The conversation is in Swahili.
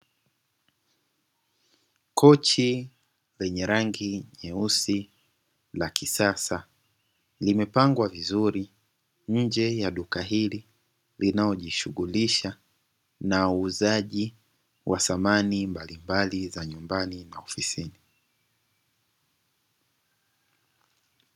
Kochi lenye rangi nyeusi la kisasa, limepangwa vizuri nje ya duka hili, linalojishughulisha na uuzaji wa samani mbalimbali za nyumbani na ofisini.